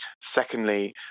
Secondly